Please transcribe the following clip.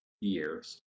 years